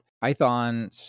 Python